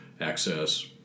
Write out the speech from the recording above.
access